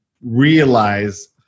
realize